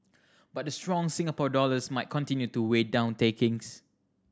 but the strong Singapore dollars might continue to weigh down takings